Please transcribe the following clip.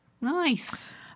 Nice